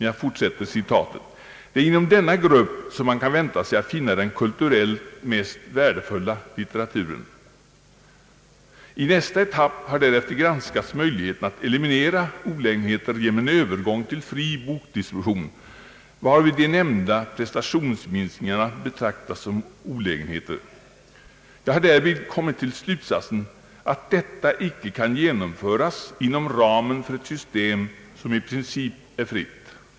Jag fortsätter citatet: »Det är inom denna grupp, som man kan vänta sig att finna den kulturellt mest värdefulla litteraturen. — I nästa etapp har därefter granskats möjligheterna att eliminera olägenheter genom en övergång till fri bokdistribution, varvid de nämnda prestationsminskningarna betraktats som olägenheter. Jag har därvid kommit till slutsatsen, att detta icke kan genomföras inom ramen för ett system, som i princip är fritt.